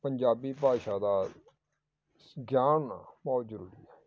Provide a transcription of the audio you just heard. ਪੰਜਾਬੀ ਭਾਸ਼ਾ ਦਾ ਗਿਆਨ ਬਹੁਤ ਜ਼ਰੂਰੀ ਹੈ